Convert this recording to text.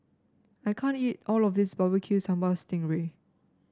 I can't eat all of this Barbecue Sambal Sting Ray